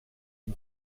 dem